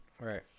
Right